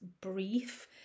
brief